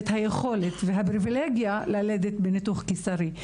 היכולת והפריבילגיה ללדת בניתוח קיסרי צרפתי.